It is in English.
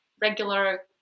regular